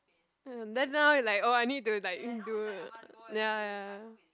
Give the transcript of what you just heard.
then now is like oh I need to like um do ya ya ya